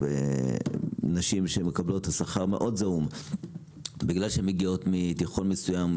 נשים שמקבלות שכר מאוד זעום בגלל שהן מגיעות מתיכון מסוים,